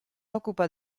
occupa